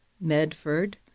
Medford